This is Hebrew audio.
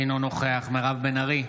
אינו נוכח מירב בן ארי,